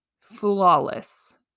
Flawless